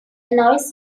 noise